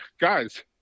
guys